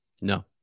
No